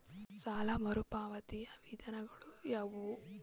ಸಾಲ ಮರುಪಾವತಿಯ ವಿಧಾನಗಳು ಯಾವುವು?